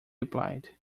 replied